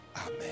Amen